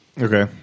Okay